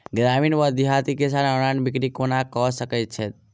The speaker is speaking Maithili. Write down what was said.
ग्रामीण वा देहाती किसान ऑनलाइन बिक्री कोना कऽ सकै छैथि?